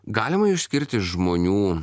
galima išskirti žmonių